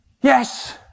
Yes